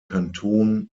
kanton